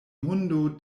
hundo